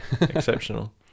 Exceptional